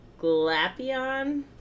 Glapion